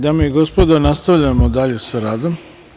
Dame i gospodo, nastavljamo sa radom.